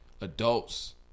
adults